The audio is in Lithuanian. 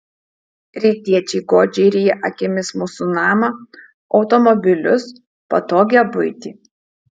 rytiečiai godžiai ryja akimis mūsų namą automobilius patogią buitį